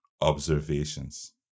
observations